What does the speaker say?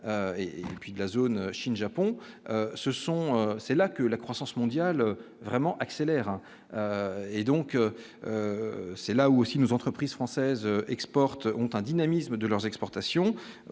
et puis de la zone Chine-Japon ce sont, c'est là que la croissance mondiale vraiment accélère, hein, et donc c'est là aussi nos entreprises françaises exportent ont un dynamisme de leurs exportations,